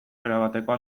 erabatekoa